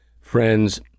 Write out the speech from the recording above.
friends